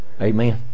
Amen